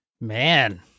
Man